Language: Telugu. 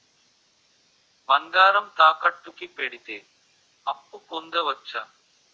బంగారం తాకట్టు కి పెడితే అప్పు పొందవచ్చ?